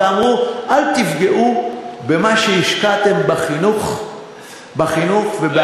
ואמרו: אל תפגעו במה שהשקעתם בחינוך ובהשקעות.